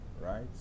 right